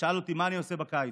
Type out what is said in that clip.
ושאל אותי מה אני עושה בקיץ.